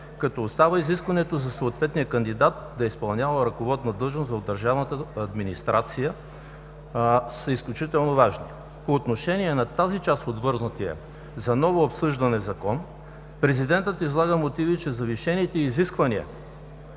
като остава изискването за съответния кандидат да изпълнява ръководна длъжност в държавната администрация, са изключително важни. По отношение на тази част от върнатия за ново обсъждане Закон президентът излага мотиви, че завишените изисквания